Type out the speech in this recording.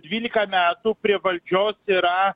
dvylika metų prie valdžios yra